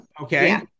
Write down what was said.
Okay